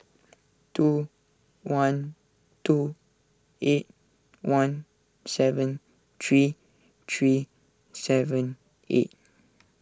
two one two eight one seven three three seven eight